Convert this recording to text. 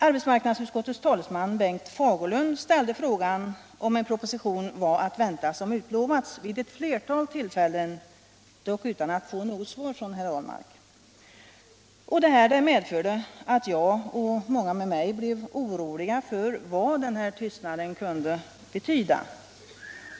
Arbetsmarknadsutskottets talesman Bengt Fagerlund ställde frågan om den proposition var att vänta som utlovats vid ett flertal tillfällen, dock utan att få något svar från herr Ahlmark. Detta medförde att jag och många med mig blev oroliga för vad denna tystnad kunde betyda.